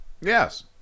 Yes